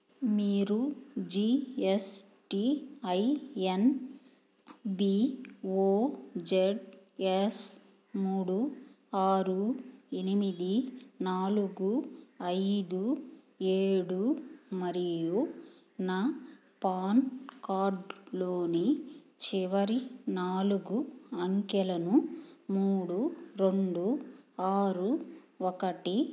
మీరు GSTIN B O Z S మూడు ఆరు ఎనిమిది నాలుగు ఐదు ఏడు మరియు నా పాన్ కార్డ్లోని చివరి నాలుగు అంకెలను మూడు రెండు ఆరు ఒకటి